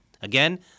Again